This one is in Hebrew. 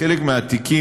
בחלק מהתיקים,